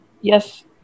yes